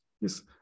Yes